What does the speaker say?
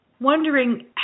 wondering